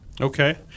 Okay